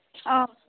अँ